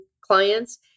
clients